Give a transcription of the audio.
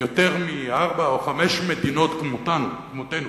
יותר מארבע או חמש מדינות כמותנו